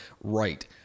right